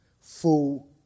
full